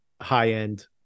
high-end